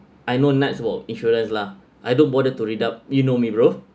I know none about insurance lah I don't bother to read out you know me bro